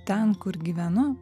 ten kur gyvenu